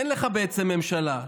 אין לך בעצם ממשלה.